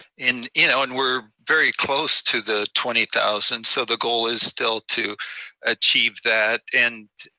and you know and we're very close to the twenty thousand. so the goal is still to achieve that. and